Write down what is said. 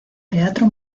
teatro